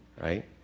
right